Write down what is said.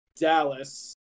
Dallas